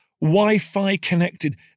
Wi-Fi-connected